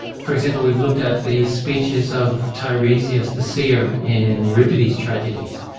for example, we've looked at the speeches of tiresias yeah the seer in euripides's tragedies,